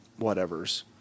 whatevers